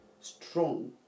strong